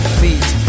feet